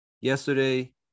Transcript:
yesterday